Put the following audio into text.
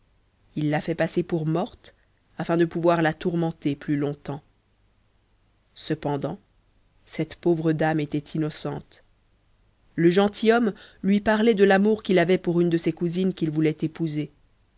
il l'a fait passer pour morte afin de pouvoir la tourmenter plus long-tems cependant cette pauvre dame était innocente le gentilhomme lui parlait de l'amour qu'il avait pour une de ses cousines qu'il voulait épouser